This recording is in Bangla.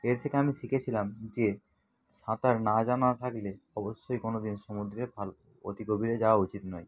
এর থেকে আমি শিকেছিলাম যে সাঁতার না জানা থাকলে অবশ্যই কোনো দিন সমুদ্রে ভাল অতি গভীরে যাওয়া উচিৎ নয়